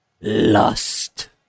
lust